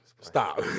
Stop